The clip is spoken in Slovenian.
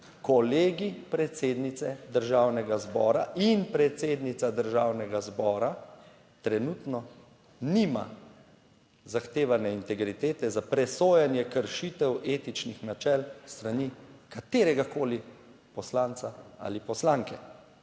Kolegij predsednice Državnega zbora in predsednica Državnega zbora trenutno nima zahtevane integritete za presojanje kršitev etičnih načel s strani kateregakoli poslanca ali poslanke.